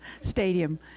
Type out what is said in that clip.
stadium